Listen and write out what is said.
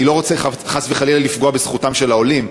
אני לא רוצה חס וחלילה לפגוע בזכותם של העולים,